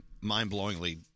mind-blowingly